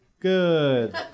good